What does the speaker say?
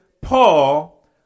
Paul